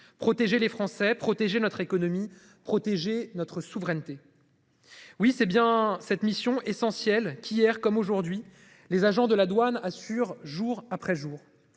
Protéger les Français. Protéger notre économie protéger notre souveraineté. Oui, c'est bien cette mission essentielle qu'hier comme aujourd'hui, les agents de la douane assurent jour après jour,